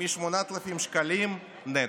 מ-8,000 שקלים נטו.